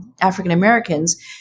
African-Americans